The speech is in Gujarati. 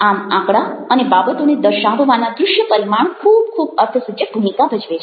આમ આંકડા અને બાબતોને દર્શાવવાના દ્રશ્ય પરિમાણ ખૂબ ખૂબ અર્થસૂચક ભૂમિકા ભજવે છે